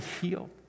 heal